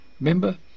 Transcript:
remember